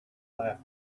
left